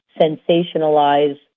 sensationalize